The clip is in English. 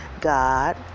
God